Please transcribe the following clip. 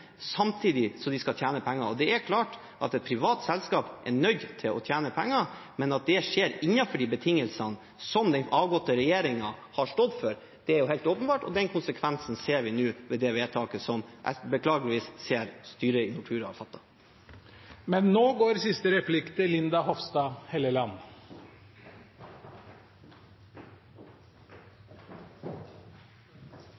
er klart at et privat selskap er nødt til å tjene penger. At det skjer innenfor de betingelsene som den avgåtte regjeringen har stått for, er helt åpenbart – konsekvensen ser vi nå med det vedtaket som styret i Nortura beklageligvis har fattet. Gratulerer til representanten Myrli med et ærefullt verv som visepresident i Stortinget, og gratulerer også til